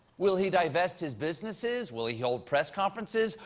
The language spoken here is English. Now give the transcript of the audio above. will he divest his businesses? will he hold press conferences?